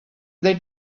they